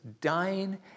dying